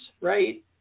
right